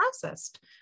processed